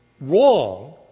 wrong